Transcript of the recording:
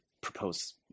propose